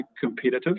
competitive